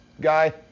guy